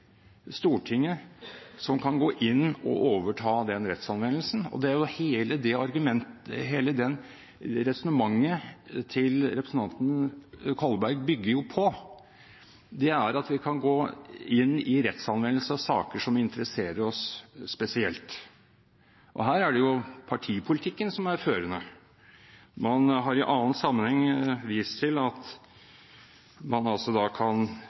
Stortinget som kan gå inn og overta den rettsanvendelsen, og hele resonnementet til representanten Kolberg bygger jo på at vi kan gå inn i rettsanvendelse av saker som interesserer oss spesielt. Her er det partipolitikken som er førende. Man har i annen sammenheng vist til at man kan